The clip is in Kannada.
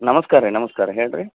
ನಮಸ್ಕಾರ ರೀ ನಮಸ್ಕಾರ ಹೇಳಿರಿ